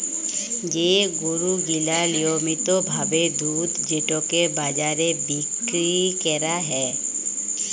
যে গরু গিলা লিয়মিত ভাবে দুধ যেটকে বাজারে বিক্কিরি ক্যরা হ্যয়